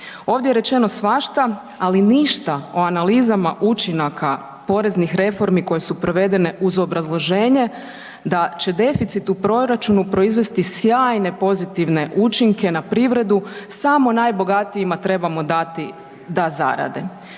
Ovdje je rečeno svašta ali ništa o analizama učinaka poreznih reformi koje su provedene uz obrazloženje da će deficit u proračunu proizvesti sjajne pozitivne učinke na privredu, samo najbogatijima trebamo da zarade.